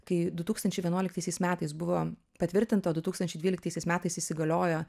kai du tūkstančiai vienuoliktaisiais metais buvo patvirtinta o du tūkstančiai dvyliktaisiais metais įsigaliojo